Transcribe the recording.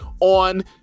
on